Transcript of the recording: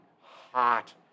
hot